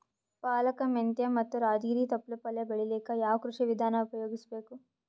ಪಾಲಕ, ಮೆಂತ್ಯ ಮತ್ತ ರಾಜಗಿರಿ ತೊಪ್ಲ ಪಲ್ಯ ಬೆಳಿಲಿಕ ಯಾವ ಕೃಷಿ ವಿಧಾನ ಉಪಯೋಗಿಸಿ ಬೇಕು?